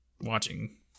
watching